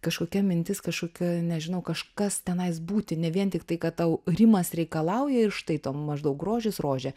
kažkokią mintis kažkokia nežinau kažkas tenais būti ne vien tik tai kad tau rimas reikalauja ir štai tau maždaug grožis rožė